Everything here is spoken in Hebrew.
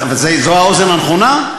זו האוזן הנכונה?